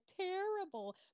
terrible